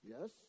Yes